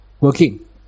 working